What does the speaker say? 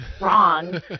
wrong